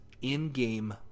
in-game